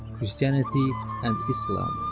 christianity and islam